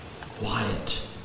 quiet